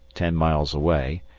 ten miles away,